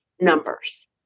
numbers